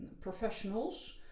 professionals